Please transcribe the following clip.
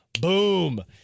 boom